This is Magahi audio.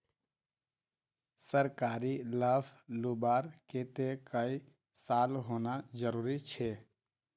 सरकारी लाभ लुबार केते कई साल होना जरूरी छे?